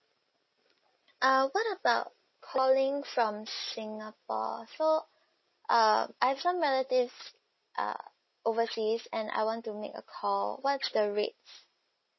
uh what about calling from singapore so um I have some relatives uh overseas and I want to make a call what's the rate